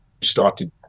started